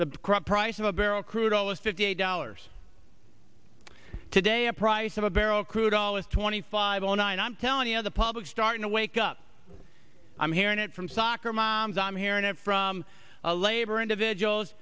the price of a barrel crude oil was fifty dollars today a price of a barrel of crude dollars twenty five zero nine i'm telling you know the public starting to wake up i'm hearing it from soccer moms i'm hearing it from labor individuals